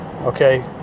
Okay